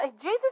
Jesus